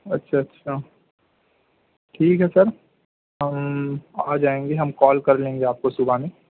اچھا اچھا ٹھیک ہے سر ہم آ جائیں گے ہم کال کر لیں گے آپ کو صبح میں